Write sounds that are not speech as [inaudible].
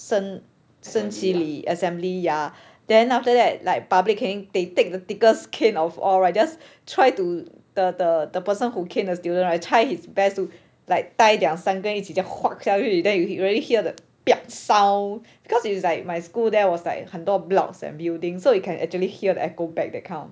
升升旗礼 assembly ya then after that like public caning they take the thickest cane of all right just try to the the the person who cane the student right try his best to like tie 两三根一起这样 [noise] 下去 then you really hear the [noise] sound because it's like my school there was like 很多 blocks and building so you can actually hear the echo back that kind of thing